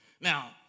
Now